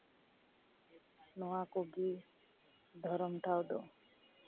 ᱱᱚᱣᱟ ᱠᱚᱜᱮ ᱫᱷᱚᱨᱚᱢ ᱴᱷᱟᱶ ᱫᱚ